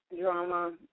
drama